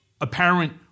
apparent